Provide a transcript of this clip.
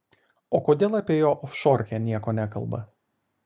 o kodėl apie jo ofšorkę nieko nekalba